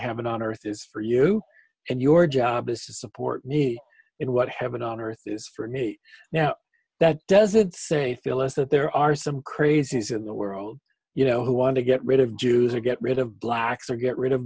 heaven on earth is for you and your job is to support need it what heaven on earth is for me now that doesn't say phyllis that there are some crazies in the world you know who want to get rid of jews or get rid of blacks or get rid of